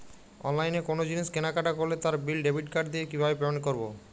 অনলাইনে কোনো জিনিস কেনাকাটা করলে তার বিল ডেবিট কার্ড দিয়ে কিভাবে পেমেন্ট করবো?